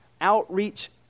outreach